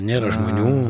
nėra žmonių